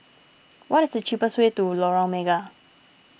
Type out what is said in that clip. what is the cheapest way to Lorong Mega